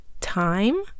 time